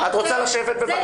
בבקשה?